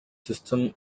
system